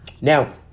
Now